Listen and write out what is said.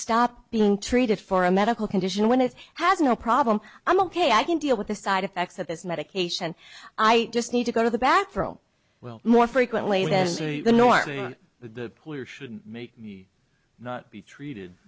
stop being treated for a medical condition when it has no problem i'm ok i can deal with the side effects of this medication i just need to go to the bathroom well more frequently than the norm the pollution make me not be treated